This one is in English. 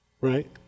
right